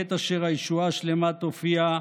בעת אשר הישועה השלמה תופיע,